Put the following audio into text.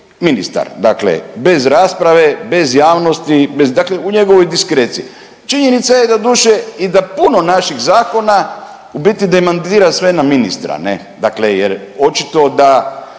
ministar. Dakle, bez rasprave, bez javnosti, bez dakle u njegovoj diskreciji. Činjenica je doduše i da puno naših zakona u biti demantira sve na ministra, ne? Dakle, jer očito da